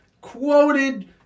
quoted